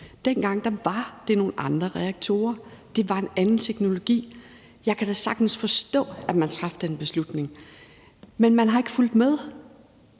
Dengang var det nogle andre reaktorer. Det var en anden teknologi. Jeg kan da sagtens forstå, at man traf den beslutning. Men man har ikke fulgt med;